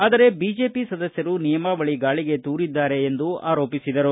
ಆದರೆ ಬಿಜೆಪಿ ಸದಸ್ವರು ನಿಯಮಾವಳಿ ಗಾಳಿಗೆ ತೋರಿದ್ದಾರೆ ಎಂದು ಆರೋಪಿಸಿದರು